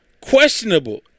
questionable